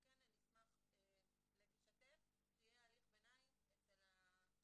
נשמח להשתתף כשיהיה הליך ביניים אצל הממונה.